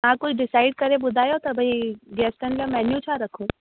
तव्हां कुझु डिसाइड करे ॿुधायो त भई गेस्टनि लाइ मेन्यू छा रखूं